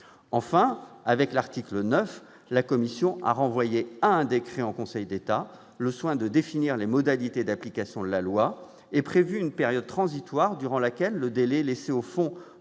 Enfin, au travers de l'article 9, la commission a renvoyé à un décret en Conseil d'État le soin de définir les modalités d'application de la loi et prévu une période transitoire durant laquelle le délai laissé au fonds